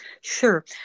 Sure